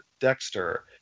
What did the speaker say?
Dexter